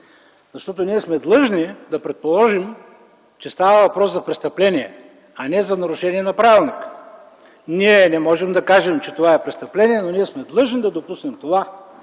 Защото ние сме длъжни да предположим, че става въпрос за престъпление, а не за нарушение на правилника. Ние не можем да кажем, че това е престъпление, но сме длъжни да го допуснем.